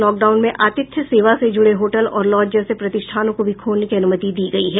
lockdown में आतिथ्य सेवा से जुड़े होटल और लॉज जैसे प्रतिष्ठानों को भी खोलने की अनुमति दी गयी है